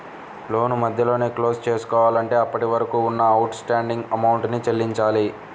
లోను మధ్యలోనే క్లోజ్ చేసుకోవాలంటే అప్పటివరకు ఉన్న అవుట్ స్టాండింగ్ అమౌంట్ ని చెల్లించాలి